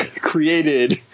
created